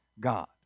God